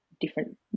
different